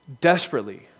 desperately